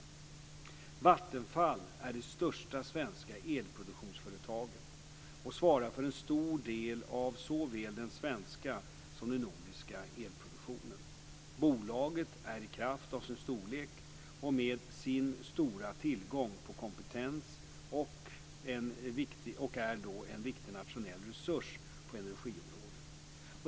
Vattenfall är det största svenska elproduktionsföretaget och svarar för en stor del av såväl den svenska som den nordiska elproduktionen. Bolaget är i kraft av sin storlek och med sin stora tillgång på kompetens en viktig nationell resurs på energiområdet.